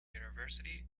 university